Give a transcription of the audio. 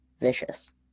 vicious